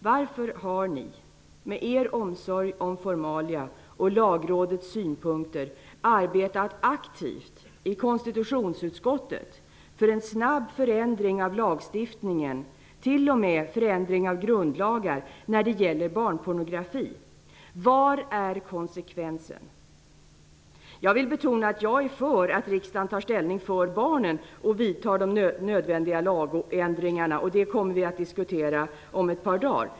Varför har ni, med er omsorg om formalia och lagrådets synpunkter, arbetat aktivt i konstitutionsutskottet för en snabb förändring av lagstiftningen, t.o.m. av grundlagar, när det gäller barnpornografi? Vad är konsekvensen? Jag vill betona att jag är för att riksdagen tar ställning för barnen och vidtar de nödvändiga lagändringarna på detta område. Det kommer vi att diskutera om ett par dagar.